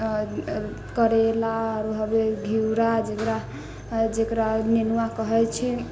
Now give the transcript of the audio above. करेला आओर होलै घिउरा जकरा जकरा नेनुआ कहैत छी